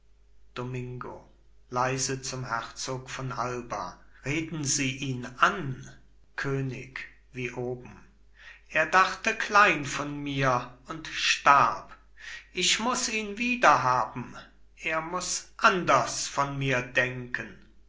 domingo leise zum herzog von alba reden sie ihn an könig wie oben er dachte klein von mir und starb ich muß ihn wiederhaben er muß anders von mir denken